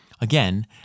Again